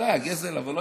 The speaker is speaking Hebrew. בוודאי גזל, אבל לא